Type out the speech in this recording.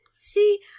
See